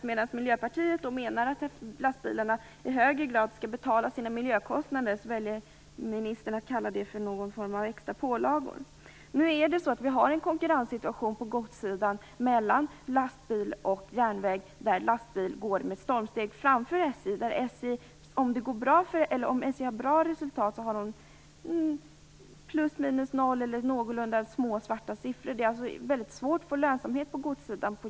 Medan Miljöpartiet menar att lastbilstrafiken i högre grad skall betala sina miljökostnader, väljer ministern att kalla det för någon form av extra pålagor. Nu har vi en konkurrens på godssidan mellan lastbilstrafik och järnväg, och lastbilstrafiken går med stormsteg framåt, framför SJ. Om SJ får ett bra resultat handlar det om plus minus noll eller mycket små, svarta siffror. Det är svårt för järnvägen att få lönsamhet på godssidan.